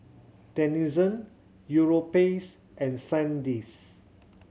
Denizen Europace and Sandisk